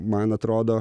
man atrodo